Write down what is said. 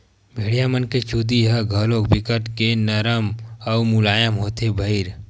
भेड़िया मन के चूदी ह घलोक बिकट के नरम अउ मुलायम होथे भईर